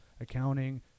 accounting